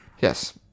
Yes